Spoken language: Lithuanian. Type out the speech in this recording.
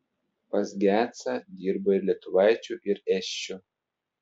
pas gecą dirba ir lietuvaičių ir esčių